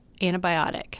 antibiotic